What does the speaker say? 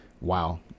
wow